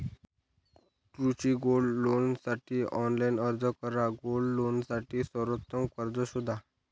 कृषी गोल्ड लोनसाठी ऑनलाइन अर्ज करा गोल्ड लोनसाठी सर्वोत्तम कर्ज शोधा